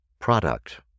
product